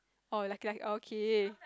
oh like like okay